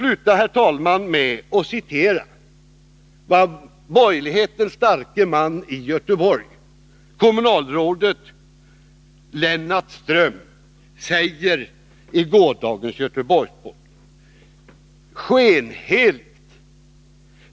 Låt mig, herr talman, få citera vad borgerlighetens starke man i Göteborg, kommunalrådet Lennart Ström säger i gårdagens nummer av Göteborgs Posten: ”Skenheligt!